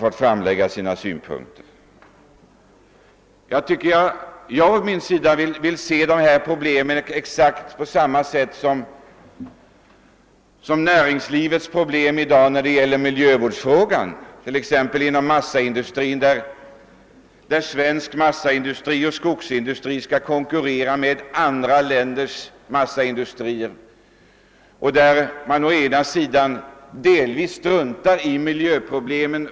Han framhöll rent allmänt att nyttotrafiken inte ger täckning för sina ' kostnader. Jag betraktar denna fråga på samma sätt som de problem näringslivet i dag har på miljö vårdsområdet, tex. inom skogsindustrin. Den svenska massaindustrin skall konkurrera med andra länders massaindustrier, som på vissa håll struntar i miljövårdsproblemen.